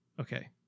okay